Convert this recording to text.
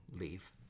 leave